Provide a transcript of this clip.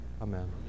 Amen